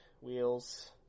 Wheels